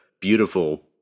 beautiful